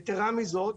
יתרה מזאת,